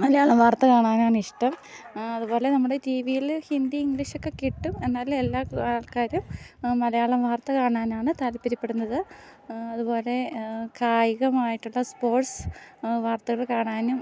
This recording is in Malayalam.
മലയാളം വാർത്ത കാണാനാണിഷ്ടം അതുപോലെ നമ്മുടെ ടി വിയിൽ ഹിന്ദി ഇംഗ്ലീഷുമൊക്കെക്കിട്ടും എന്നാലും എല്ലാ ആൾക്കാരും മലയാളം വാർത്ത കാണാനാണ് താല്പര്യപ്പെടുന്നത് അതുപോലെ കായികമായിട്ടുള്ള സ്പോർട്സ് വാർത്തകൾ കാണാനും